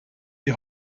die